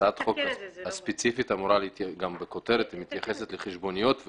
הצעת החוק הספציפית מתייחסת לחשבוניות,